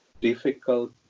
difficult